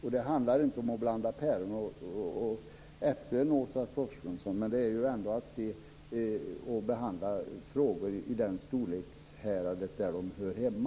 Det handlar inte om att blanda ihop päron och äpplen, Åsa Torstensson. Det handlar om att behandla frågor i det storlekshäradet där de hör hemma.